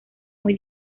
muy